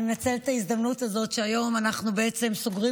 אני מנצלת את ההזדמנות הזאת שהיום אנחנו סוגרים